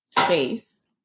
space